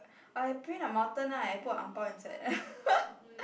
or I print a mountain ah I put a ang bao inside